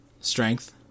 strength